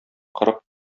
кырык